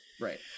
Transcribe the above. right